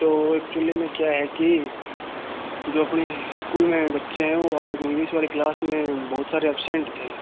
तो एक्चुली में क्या है कि जो अपने इस्कूल में बच्चे हैं वह आज इंग्लिश वाली क्लास में बहुत सारे अब्सेन्ट थे